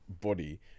body